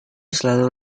selalu